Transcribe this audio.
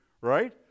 right